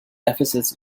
deficits